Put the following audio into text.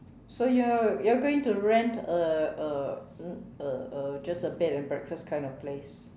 so you're you're going to rent a a um a a just a bed and breakfast kind of place